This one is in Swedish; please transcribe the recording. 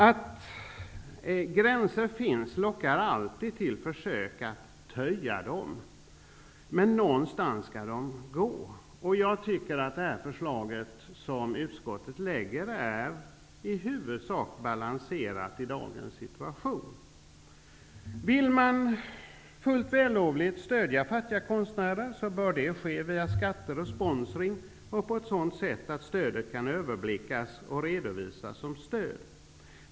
Att det finns gränser lockar alltid till försök att töja gränserna. Någonstans skall gränserna gå. Jag tycker att det förslag som utskottet lägger fram är i huvudsak balanserat i dagens situation. Vill man, fullt vällovligt, stödja fattiga konstnärer, bör det ske via skatter och sponsring och på ett sådant sätt att stödet kan överblickas och redovisas som stöd.